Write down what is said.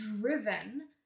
driven